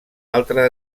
altre